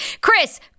Chris